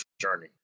journey